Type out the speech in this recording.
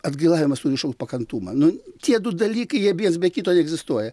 atgailavimas turi šaukt pakantumą nu tie du dalykai jie viens be kito neegzistuoja